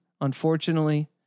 unfortunately